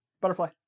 Butterfly